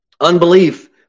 unbelief